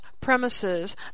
premises